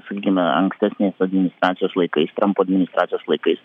sakykime ankstesnės administracijos laikais trampo administracijos laikais